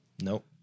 Nope